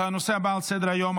הנושא הבא על סדר-היום,